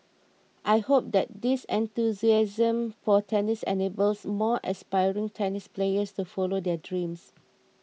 I hope that this enthusiasm for tennis enables more aspiring tennis players to follow their dreams